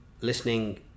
listening